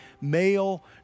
male